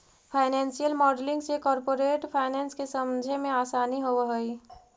financial modelling से corporate finance के समझे मेंअसानी होवऽ हई